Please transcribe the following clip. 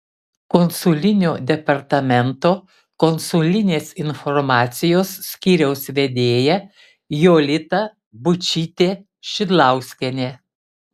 konsulinio departamento konsulinės informacijos skyriaus vedėja jolita būčytė šidlauskienė